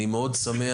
אני שמח מאוד,